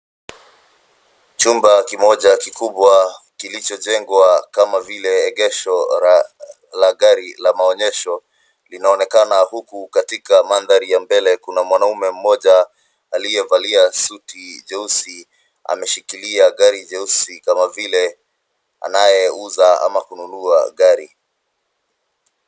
Chumba kimoja kikubwa kilichojengwa kama vile maegesho la magari ya maonyesho linaonekana, huku katika mandhari ya mbele kuna mwanamume mmoja aliyevalia suti nyeusi ameshikilia gari jeusi kama vile anayeuza ama kununua gari.